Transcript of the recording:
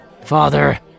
Father